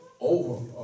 over